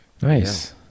Nice